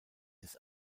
his